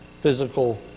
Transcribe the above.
physical